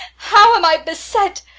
how am i beset!